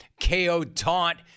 KO-taunt